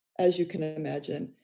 as you can ah imagine,